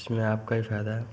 इसमें आपका ही फायदा है